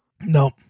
no